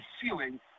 ceiling